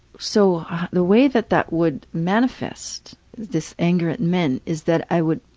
so the way that that would manifest, this anger at men, is that i would